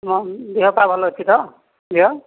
ହଁ ଦେହ ପା ଭଲ ଅଛି ତ ଝିଅ